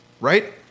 right